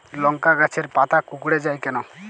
লংকা গাছের পাতা কুকড়ে যায় কেনো?